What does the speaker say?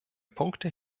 punkte